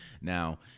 Now